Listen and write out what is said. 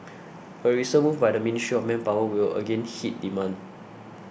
a recent move by the Ministry of Manpower will again hit demand